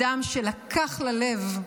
אדם שלקח ללב,